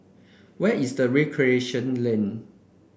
where is the Recreation Lane